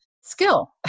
skill